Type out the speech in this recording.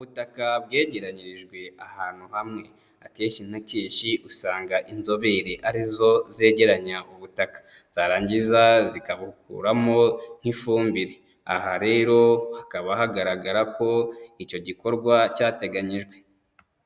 Ubutaka bwegeranyijwe ahantu hamwe, akenshi na kenshi usanga inzobere ari zo zegeranya ubutaka, zarangiza zikabukuramo nk'ifumbire, aha rero hakaba hagaragara ko icyo gikorwa cyateganyijwe.